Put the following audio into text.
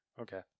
Okay